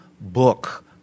book